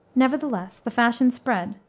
nevertheless, the fashion spread,